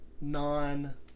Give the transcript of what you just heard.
non –